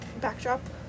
backdrop